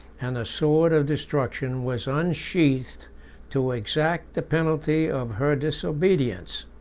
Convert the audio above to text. and the sword of destruction was unsheathed to exact the penalty of her disobedience.